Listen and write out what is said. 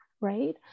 Right